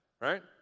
Right